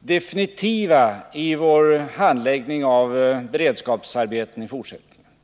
definitiva i vår handläggning av beredskapsarbeten i fortsättningen.